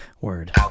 Word